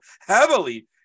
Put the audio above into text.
heavily